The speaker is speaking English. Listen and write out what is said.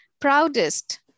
proudest